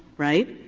right?